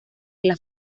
las